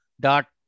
dot